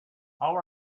how